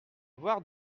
voir